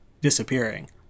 disappearing